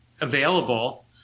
available